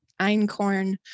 einkorn